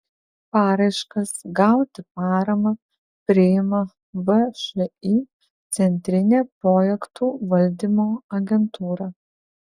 paraiškas gauti paramą priima všį centrinė projektų valdymo agentūra